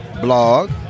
blog